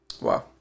Wow